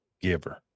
giver